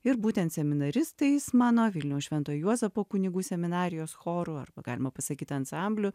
ir būtent seminaristais mano vilniaus švento juozapo kunigų seminarijos choru arba galima pasakyt ansambliu